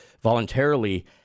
voluntarily